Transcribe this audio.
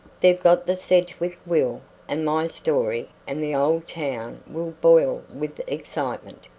they've got the sedgwick will and my story and the old town will boil with excitement.